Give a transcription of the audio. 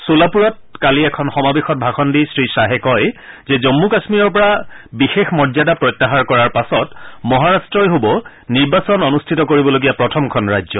ছ'লাপুৰত কালি এখন সমাৱেশত ভাষণ দি শ্ৰীখাহে কয় যে জম্মু কাশ্মীৰৰ পৰা বিশেষ মৰ্যাদা প্ৰত্যাহাৰ কৰাৰ পাছত মহাৰাট্টই হব নিৰ্বাচন অনুষ্ঠিত কৰিবলগীয়া প্ৰথমখন ৰাজ্য